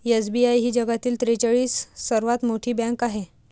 SBI ही जगातील त्रेचाळीस सर्वात मोठी बँक आहे